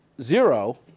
zero